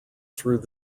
through